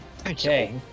Okay